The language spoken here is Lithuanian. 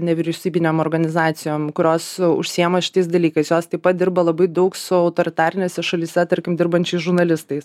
nevyriausybinėm organizacijom kurios užsiėma šitais dalykais jos taip pat dirba labai daug su autoritarinėse šalyse tarkim dirbančiais žurnalistais